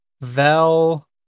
Vel